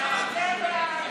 החוץ